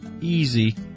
easy